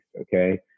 okay